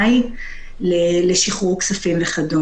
ולהביא לאסקלציה שלו.